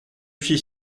suis